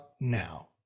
now